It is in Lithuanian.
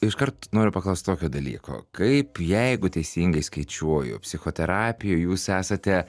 iškart noriu paklaust tokio dalyko kaip jeigu teisingai skaičiuoju psichoterapijoj jūs esate